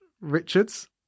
Richards